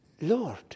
Lord